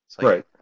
Right